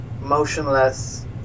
motionless